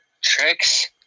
tricks